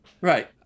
Right